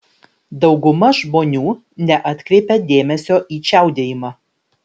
dauguma žmonių neatkreipia dėmesio į čiaudėjimą